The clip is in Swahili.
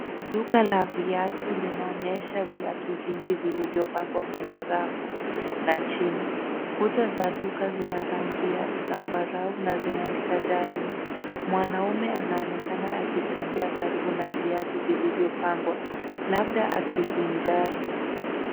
Duka la vitu linaonyesha viatu vingi vilivyopangwa kwenye rafu na chini. Duka zina rangi ya zambarau na zinaandika darling. Mwanaume anaonekana akitembea karibu na viatu vilivyopangwa, labda akivinjari.